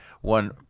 one